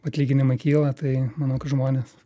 atlyginimai kyla tai manau kad žmonės